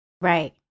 Right